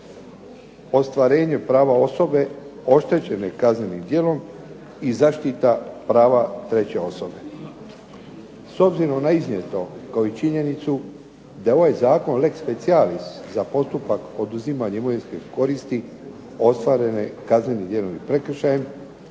ostvarenje prava osobe oštećenje kaznenim djelom i zaštita prava treće osobe. S obzirom na iznijeto kao i činjenicu da je ovaj zakon lex specialis za postupak oduzimanja imovinske koristi ostvarene kaznenim djelom i prekršajem,